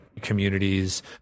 communities